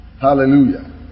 Hallelujah